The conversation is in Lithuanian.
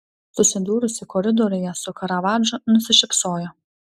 susidūrusi koridoriuje su karavadžu nusišypsojo